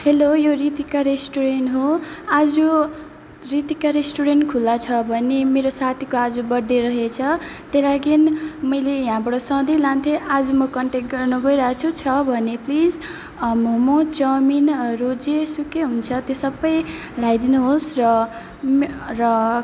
hello यो Ritika restaurant हो आज रीतिका रेस्टुरेन्ट खुल्ला छ भने मेरो साथीको आज बर्थडे रहेछ त्यही लागि मैले यहाँबाट सधैँ लान्थेँ आज म कन्ट्याक्ट गर्न गरिरहेको छु छ भने प्लिज मोमो चाउमिन अरू जेसुकै हुन्छ त्यो सबै ल्याइदिनु होस् र मे र